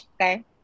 okay